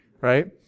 Right